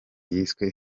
yiswe